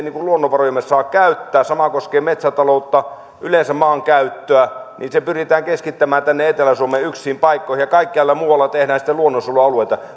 luonnonvarojamme saa käyttää ja sama koskee metsätaloutta yleensä maankäyttöä se pyritään keskittämään tänne etelä suomeen yksiin paikkoihin ja kaikkialla muualla tehdään sitten luonnonsuojelualueita